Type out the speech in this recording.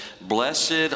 blessed